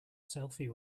selfie